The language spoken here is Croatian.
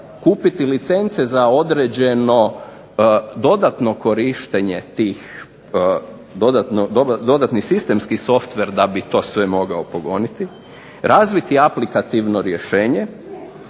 kupiti licence za određeno dodatno korištenje dodatni sistemski softver da bi to sve mogao pogoniti, razviti aplikativno rješenje,